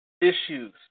issues